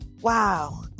Wow